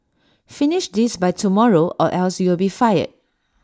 finish this by tomorrow or else you'll be fired